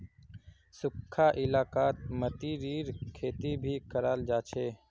सुखखा इलाकात मतीरीर खेती भी कराल जा छे